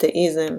אתאיזם